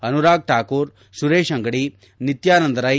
Anurag Thakur Suresh Angadi Nityananda ರ್ಲೆ